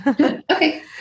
Okay